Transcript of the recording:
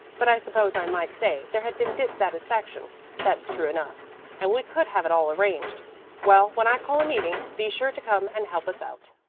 but i suppose i might say there had been dissatisfaction that's true enough and we could have it all arranged well, when i call a meeting, be sure to come and help us out.